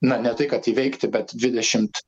na ne tai kad įveikti bet dvidešim